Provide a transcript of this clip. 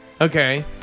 Okay